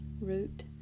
root